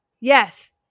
Yes